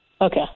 Okay